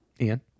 Ian